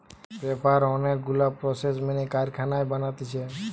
paper অনেক গুলা process মেনে কারখানায় বানাতিছে